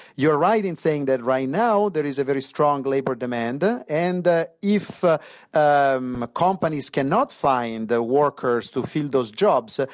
you're right in saying that right now there is a very strong labor demand. ah and if ah um companies cannot find the workers to fill those jobs, ah